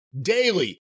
daily